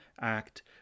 act